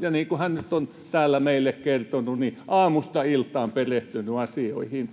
ja niin kuin hän nyt on täällä meille kertonut, hän on aamusta iltaan perehtynyt asioihin.